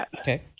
Okay